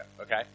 Okay